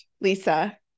Lisa